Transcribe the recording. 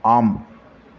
ஆம்